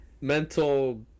mental